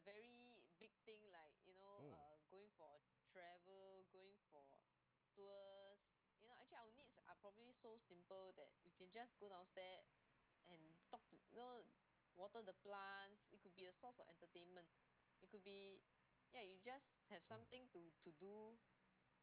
mm